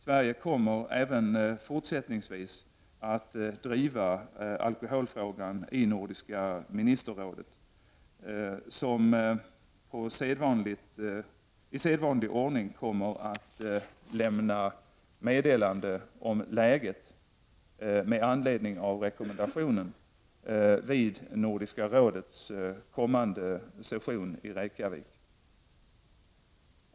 Sverige kommer även fortsättningsvis att driva alkoholfrågan i Nordiska ministerrådet, som i sedvanlig ordning kommer att lämna meddelande om läget med anledning av rekommendationen vid Nordiska rådets kommande session i Reykjavik.